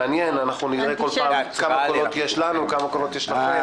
נראה כמה קולות יש לנו וכמה קולות יש לכם,